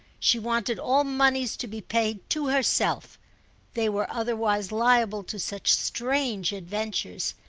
she wanted all moneys to be paid to herself they were otherwise liable to such strange adventures.